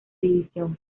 división